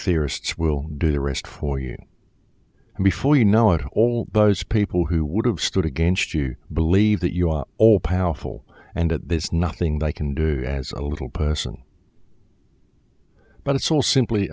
theorists will do the rest for you before you know it all those people who would have stood against you believe that you are all powerful and that there's nothing they can do as a little person but it's all simply